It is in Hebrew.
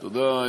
תודה,